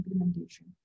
implementation